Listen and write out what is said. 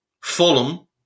Fulham